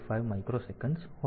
085 microsecond હોય છે